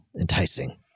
enticing